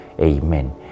Amen